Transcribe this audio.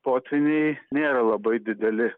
potvyniai nėra labai dideli